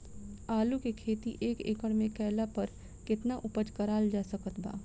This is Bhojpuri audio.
आलू के खेती एक एकड़ मे कैला पर केतना उपज कराल जा सकत बा?